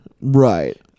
Right